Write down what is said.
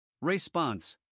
Response